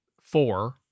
four